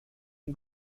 une